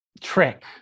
trick